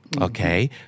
Okay